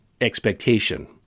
expectation